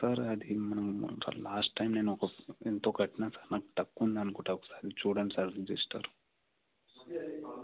sir అది మనం last time నేనొక ఎంతో కట్టిన నాకు తక్కువ ఉందనుకుంటా ఒకసారి చూడండి సార్ జస్ట్ అలా